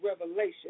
Revelation